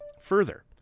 Further